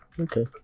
okay